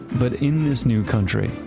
but in this new country,